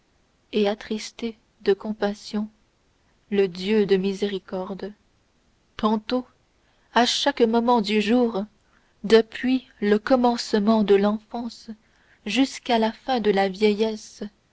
et attrister de compassion le dieu de miséricorde tantôt à chaque moment du jour depuis le commencement de l'enfance jusqu'à la fin de la vieillesse